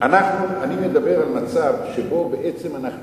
אני מדבר על מצב שבו בעצם אנחנו